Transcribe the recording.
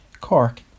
Cork